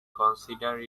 consider